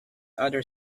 other